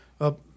up